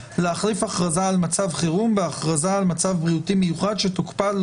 להאריך את תוקפה של ההכרזה על מצב בריאותי מיוחד או של